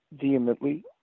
vehemently